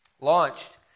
launched